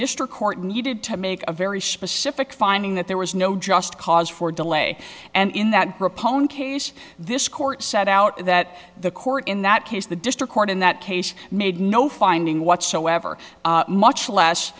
district court needed to make a very specific finding that there was no just cause for delay and in that proponent case this court set out that the court in that case the district court in that case made no finding whatsoever much less